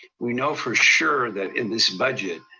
we know for sure that in this budget,